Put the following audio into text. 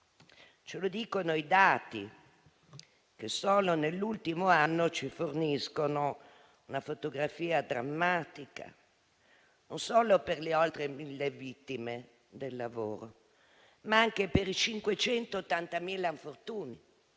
Ce lo dicono i dati che solo nell'ultimo anno ci forniscono una fotografia drammatica, e non solo per le oltre mille vittime del lavoro, ma anche per i 580.000 infortuni.